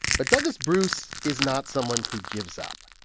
but douglas bruce is not someone who gives up,